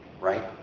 Right